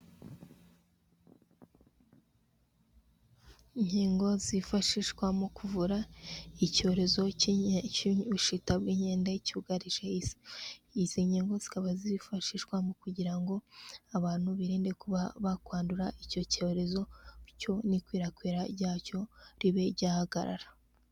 Inkingo zifashishwa mu kuvura icyorezo cy'ubushita bw'inkenda cyugarije isi, izi nkingo zikaba zifashishwa mu kugira ngo abantu birinde kuba bakwandura icyo cyorezo, cyo n'ikwirakwira ry'acyo ribe ryahagarara.